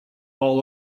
all